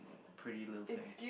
pretty little thing